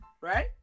right